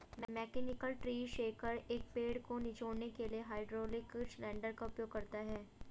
mechanical tree shaker, एक पेड़ को निचोड़ने के लिए हाइड्रोलिक सिलेंडर का उपयोग करता है